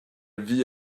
vit